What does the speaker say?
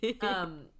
Um-